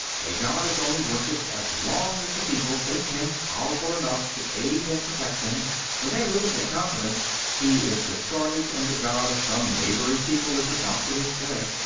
a god is only worshiped as long as the people think him powerful enough to aid and protect them when they lose that confidence, he is discarded and the god of some neighboring people is adopted instead.